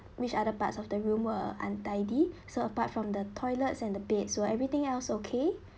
which other parts of the room were untidy so apart from the toilets and the beds were everything else okay